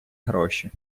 гроші